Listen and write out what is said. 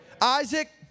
Isaac